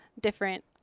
different